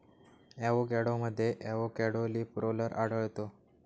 एवोकॅडोमध्ये avocado leaf roller आढळतो